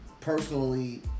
personally